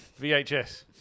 VHS